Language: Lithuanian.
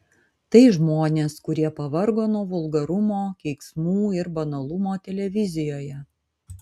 tai žmonės kurie pavargo nuo vulgarumo keiksmų ir banalumo televizijoje